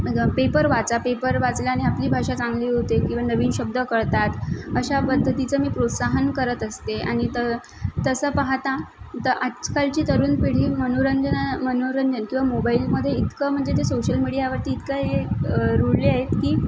paper वाचा paper वाचल्याने आपली भाषा चांगली होते किंवा नवीन शब्द कळतात अशा पद्धतीचं मी प्रोत्साहन करत असते आणि त तसं पाहता तर आजकालची तरुण पिढी मनोरंजना मनोरंजन किंवा मोबाईलमधे इतकं म्हणजे ते सोशल मीडियावरती इतकं हे रुळले आहेत की